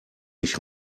mich